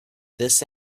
this